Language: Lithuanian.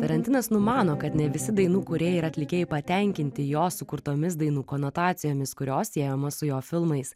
tarantinas numano kad ne visi dainų kūrėjai ir atlikėjai patenkinti jo sukurtomis dainų konotacijomis kurios siejamos su jo filmais